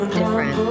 different